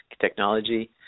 technology